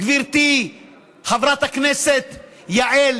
גברתי חברת הכנסת יעל,